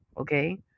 okay